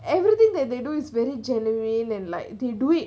everything that they do is very genuine and like they do it